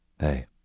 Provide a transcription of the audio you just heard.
Hey